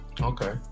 Okay